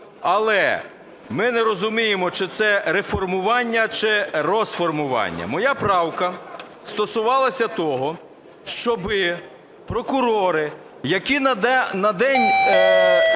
Але ми не розуміємо, чи це реформування чи розформування. Моя правка стосувалася того, щоб прокурори, які на день